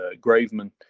Graveman